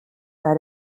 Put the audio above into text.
bei